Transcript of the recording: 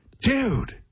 Dude